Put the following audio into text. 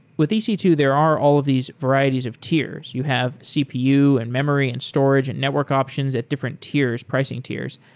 with e c two, there are all of these varieties of tiers. you have cpu and memory and storage and network options at different tiers, pricing tiers.